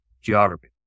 geography